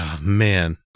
Man